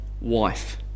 wife